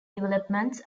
developments